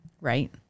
right